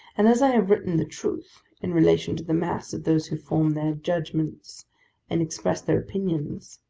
and as i have written the truth in relation to the mass of those who form their judgments and express their opinions,